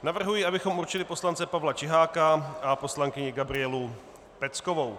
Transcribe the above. Navrhuji, abychom určili poslance Pavla Čiháka a poslankyni Gabrielu Peckovou.